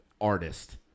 artist